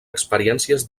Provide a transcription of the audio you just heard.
experiències